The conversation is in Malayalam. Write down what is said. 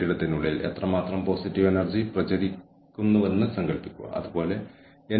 കൂടാതെ അത് നമ്മുടെ തന്ത്രപരമായ ലക്ഷ്യങ്ങളെ ഓർഗനൈസേഷന്റെ തന്ത്രപരമായ ലക്ഷ്യങ്ങളുമായി വിന്യസിക്കാൻ നമ്മളെ സഹായിക്കുന്നു